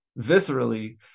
viscerally